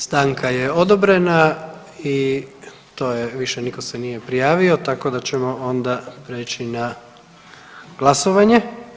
Stanka je odobrena i to je, više nitko se nije prijavio tako da ćemo onda prijeći na glasovanje.